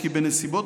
אבל הנשיאה,